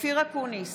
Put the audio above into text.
אופיר אקוניס,